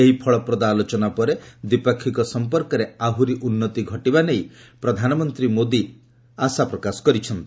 ଏହି ଫଳପ୍ରଦ ଆଲୋଚନା ପରେ ଦ୍ୱିପାକ୍ଷିକ ସମ୍ପର୍କରେ ଆହୁରି ଉନ୍ନତି ଘଟିବା ନେଇ ଶ୍ରୀ ମୋଦି ସନ୍ତୋଷ ପ୍ରକାଶ କରିଛନ୍ତି